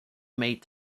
meet